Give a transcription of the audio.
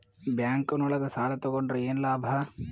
Bank ನೊಳಗ ಸಾಲ ತಗೊಂಡ್ರ ಏನು ಲಾಭ?